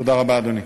תודה רבה, אדוני.